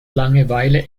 langeweile